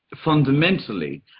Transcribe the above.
fundamentally